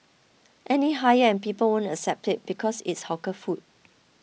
any higher and people won't accept it because it's hawker food